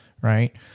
right